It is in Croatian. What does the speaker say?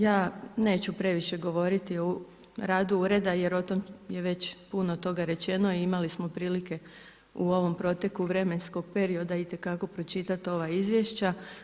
Ja neću previše govoriti o radu ureda jer o tom je već puno toga rečeno i imali smo prilike u ovom proteku vremenskog perioda itekako pročitat ova izvješća.